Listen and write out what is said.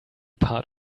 part